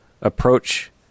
approach